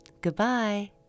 Goodbye